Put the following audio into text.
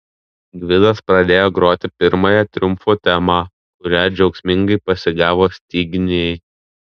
gvidas pradėjo groti pirmąją triumfo temą kurią džiaugsmingai pasigavo styginiai